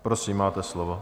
Prosím, máte slovo.